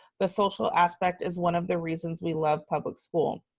the social aspect is one of the reasons we love public school.